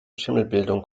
schimmelbildung